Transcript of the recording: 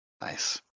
Nice